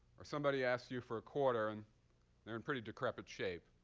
or somebody asks you for a quarter and they're in pretty decrepit shape,